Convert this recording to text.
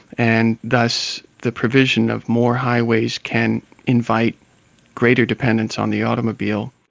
and thus the provision of more highways can invite greater dependence on the automobile.